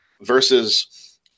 Versus